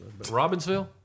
Robbinsville